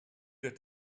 that